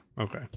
okay